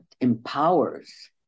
empowers